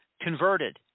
converted